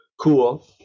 cool